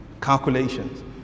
calculations